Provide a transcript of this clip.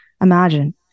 Imagine